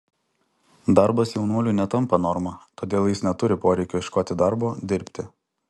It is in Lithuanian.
darbas jaunuoliui netampa norma todėl jis neturi poreikio ieškoti darbo dirbti